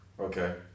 Okay